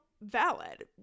valid